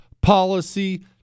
policy